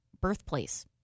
birthplace